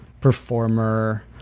performer